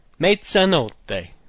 mezzanotte